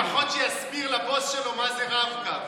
לפחות שיסביר לבוס שלו מה זה רב-קו.